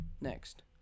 next